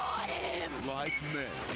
him. like men.